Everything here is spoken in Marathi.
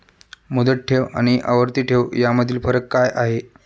मुदत ठेव आणि आवर्ती ठेव यामधील फरक काय आहे?